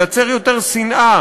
ייצר יותר שנאה,